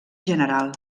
general